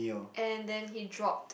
and then he dropped